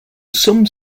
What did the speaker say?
some